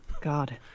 God